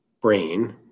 brain